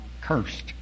cursed